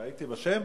טעיתי בשם?